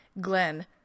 Glenn